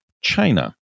China